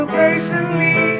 patiently